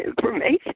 information